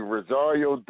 Rosario